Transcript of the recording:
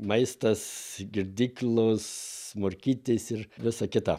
maistas girdyklos morkytės ir visa kita